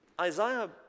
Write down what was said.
Isaiah